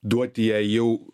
duoti jei jau